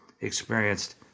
experienced